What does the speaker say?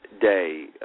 day